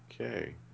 Okay